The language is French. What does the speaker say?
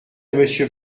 monsieur